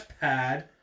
pad